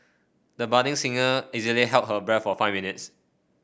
the budding singer easily held her breath for five minutes